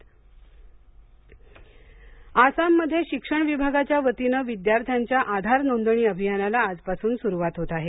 आसाम आधार नोंदणी आसाममध्ये शिक्षण विभागाच्या वतीने विद्यार्थ्यांच्या आधार नोंदणी अभियानाला आजपासून सुरुवात होत आहे